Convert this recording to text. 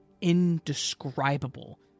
indescribable